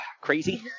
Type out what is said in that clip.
Crazy